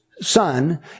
son